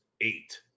eight